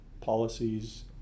policies